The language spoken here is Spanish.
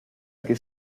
aquí